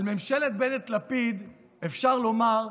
על ממשלת בנט-לפיד אפשר לומר: